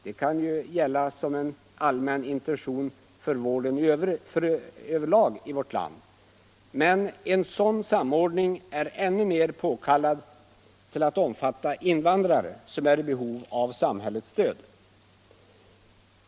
Det kan gälla som en allmän intention för vården över lag i vårt land, men en sådan samordning är ännu mer område påkallad att omfatta invandrare som är i behov av samhällets stöd.